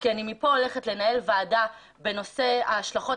כי אני מפה הולכת לנהל וועדה בנושא ההשלכות